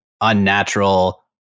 unnatural